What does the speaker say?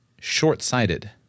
short-sighted